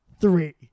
three